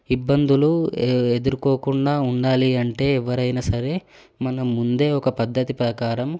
ఇబ్బందులు ఎదురుకోకుండా ఉండాలి అంటే ఎవ్వరైనా సరే మనం ముందే ఒక పద్ధతి ప్రకారం